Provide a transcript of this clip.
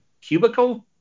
cubicle